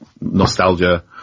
nostalgia